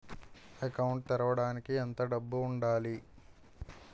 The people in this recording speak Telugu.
అకౌంట్ తెరవడానికి ఎంత డబ్బు ఉండాలి?